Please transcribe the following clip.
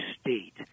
state